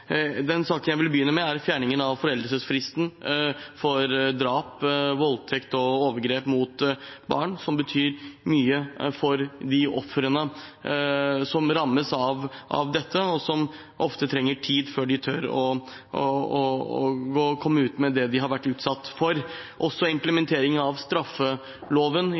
Den saken jeg vil begynne med, er fjerning av foreldelsesfristen for drap, voldtekt og overgrep mot barn, som betyr mye for de ofrene som rammes av dette. De trenger ofte tid før de tør å komme ut med det de har vært utsatt for. Det tok også